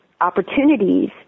opportunities